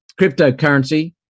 cryptocurrency